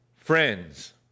friends